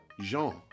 Jean